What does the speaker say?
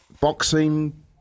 boxing